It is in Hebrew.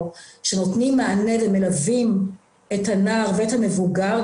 שנותנים מענה ומלווים את הנער ואת המבוגר.